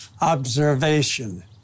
observation